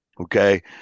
Okay